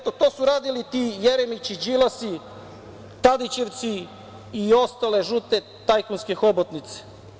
To su radili ti Jeremići, Đilasi, Tadićevci i ostale žute tajkunske hobotnice.